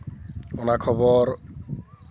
ᱚᱱᱟ ᱠᱷᱚᱵᱚᱨ